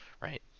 right